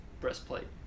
breastplate